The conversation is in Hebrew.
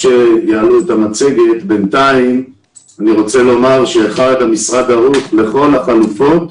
אני רוצה לפתוח ולומר שהמשרד ערוך לכל החלופות,